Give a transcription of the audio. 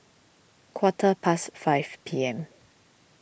quarter past five P M